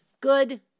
Good